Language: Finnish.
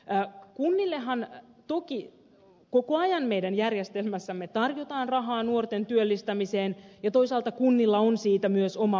kunnillehan toki koko ajan meidän järjestelmässämme tarjotaan rahaa nuorten työllistämiseen ja toisaalta kunnilla on siitä myös oma vastuunsa